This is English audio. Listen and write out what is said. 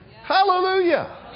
Hallelujah